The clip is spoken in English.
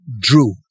Drew